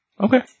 Okay